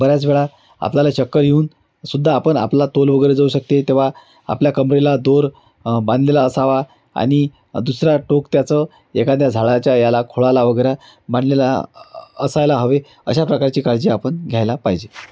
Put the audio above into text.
बऱ्याच वेळा आपल्याला चक्कर येऊनसुद्धा आपण आपला तोल वगैरे जाऊ शकते तेव्हा आपल्या कमरेला दोर बांधलेला असावा आणि दुसरा टोक त्याचं एखाद्या झाडाच्या याला खोडाला वगैरे बांधलेला असायला हवे अशा प्रकारची काळजी आपण घ्यायला पाहिजे